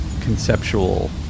conceptual